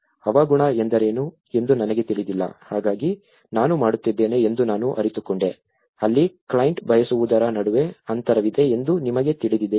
ಹವಾಗುಣ ಎಂದರೇನು ಎಂದು ನನಗೆ ತಿಳಿದಿಲ್ಲ ಹಾಗಾಗಿ ನಾನು ಮಾಡುತ್ತಿದ್ದೇನೆ ಎಂದು ನಾನು ಅರಿತುಕೊಂಡೆ ಅಲ್ಲಿ ಕ್ಲೈಂಟ್ ಬಯಸುವುದರ ನಡುವೆ ಅಂತರವಿದೆ ಎಂದು ನಿಮಗೆ ತಿಳಿದಿದೆಯೇ